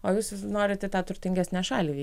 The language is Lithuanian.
o jūs norit į tą turtingesnę šalį